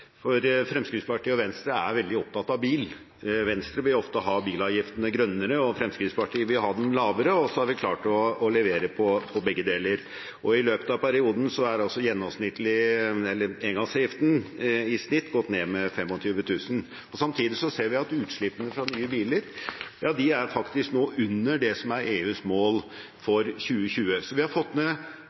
for Fremskrittspartiet og Venstre er veldig opptatt av bil. Venstre vil ofte ha bilavgiftene grønnere, og Fremskrittspartiet vil ha dem lavere, og så har vi klart å levere på begge deler. I løpet av perioden er engangsavgiften i snitt gått ned med 25 000 kr. Samtidig ser vi at utslippene fra nye biler nå faktisk er under det som er EUs mål for 2020. Så vi har fått